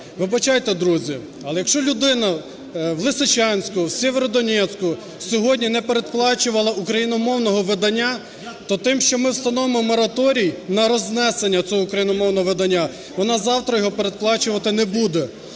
Вибачайте, друзі, але, якщо людина в Лисичанську, в Сєвєродонецьку сьогодні не передплачувала україномовного видання, то тим, що ми встановимо мораторій на рознесення цього україномовного видання, вона завтра його передплачувати не буде.